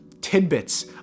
tidbits